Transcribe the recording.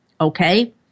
Okay